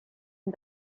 and